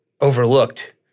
overlooked